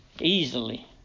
Easily